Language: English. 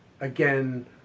again